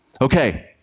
Okay